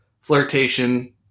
Flirtation